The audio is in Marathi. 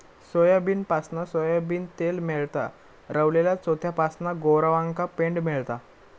सोयाबीनपासना सोयाबीन तेल मेळता, रवलल्या चोथ्यापासना गोरवांका पेंड मेळता